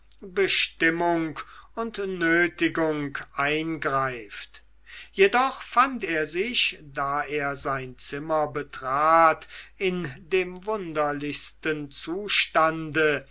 bestimmung und nötigung eingreift jedoch fand er sich da er sein zimmer betrat in dem wunderlichsten zustande